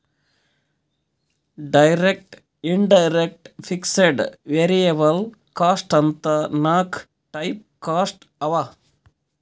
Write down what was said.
direct, indirect, fixed, variable cost ಅಂತ್ ನಾಕ್ type cost ಅವಾ